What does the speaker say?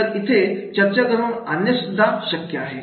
तरी इथे चर्चा घडवून आणणे सुद्धा शक्य आहे